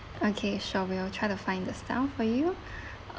okay sure we will try to find the staff for you